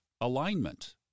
alignment